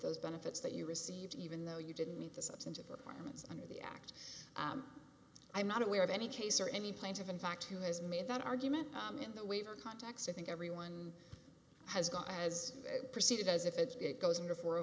those benefits that you received even though you didn't meet the substantive requirements under the act i'm not aware of any case or any plaintiff in fact who has made that argument in the waiver context i think everyone has gone as proceeded as if it goes into four o